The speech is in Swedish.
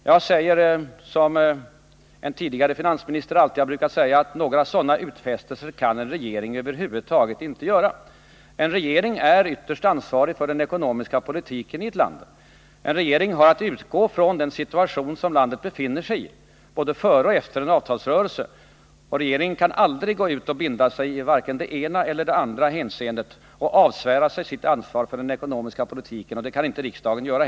Jag säger som en tidigare finansminister alltid brukade säga, att några sådana utfästelser kan en regering över huvud taget inte göra. En regering är ytterst ansvarig för den ekonomiska politiken i landet. En regering har att utgå från den situation som landet befinner sig i, både före och efter en avtalsrörelse. En regering kan inte vare sigidet ena eller andra hänseendet avsvära sig sitt ansvar för den ekonomiska politiken, och det kan inte heller riksdagen göra.